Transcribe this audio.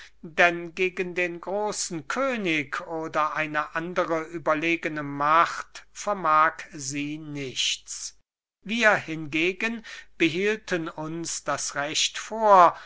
denn gegen den großen könig oder eine andere überlegene macht vermag sie nichts wir hingegen behielten uns das recht vor